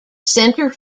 center